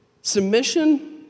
submission